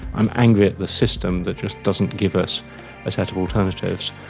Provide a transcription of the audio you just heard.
i'm angry at the system that just doesn't give us a set of alternatives.